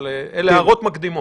אלה הערות מקדימות.